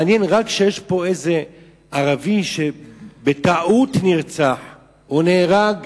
מעניין שכשיש פה רק איזה ערבי שבטעות נרצח או נהרג,